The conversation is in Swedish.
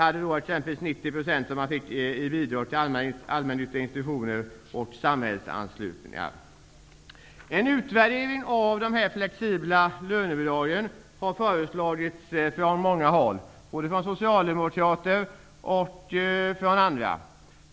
Allmännyttiga institutioner och sådana med samhällsanknytning fick t.ex. 90 % i bidrag. En utvärdering av dessa flexibla lönebidrag har föreslagits från många håll, både från socialdemokrater och andra.